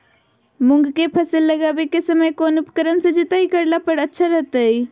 मूंग के फसल लगावे के समय कौन उपकरण से जुताई करला पर अच्छा रहतय?